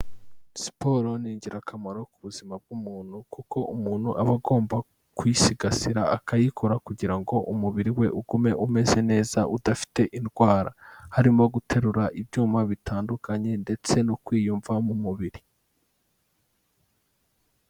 Siporo ni ingirakamaro ku buzima bw'umuntu, kuko umuntu aba agomba kuyisigasira akayikora kugira ngo umubiri we ugume umeze neza udafite indwara, harimo guterura ibyuma bitandukanye ndetse no kwiyumva mu mubiri.